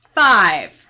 five